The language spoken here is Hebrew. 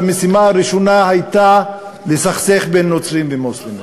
והמשימה הראשונה הייתה לסכסך בין נוצרים למוסלמים.